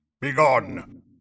begone